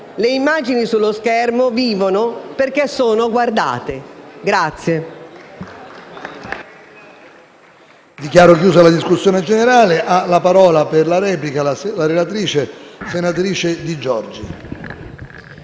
Le immagini sullo schermo vivono perché sono guardate.